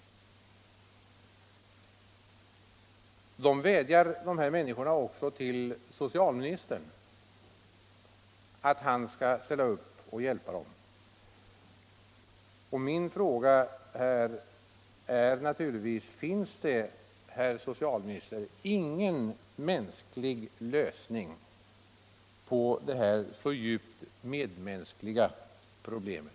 De här människorna vädjar också till socialministern att han skall ställa upp och hjälpa dem. Och min fråga är naturligtvis: Finns det, herr socialminister, ingen mänsklig lösning på det här så djupt medmänskliga problemet?